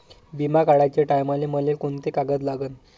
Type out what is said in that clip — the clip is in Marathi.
बिमा काढाचे टायमाले मले कोंते कागद लागन?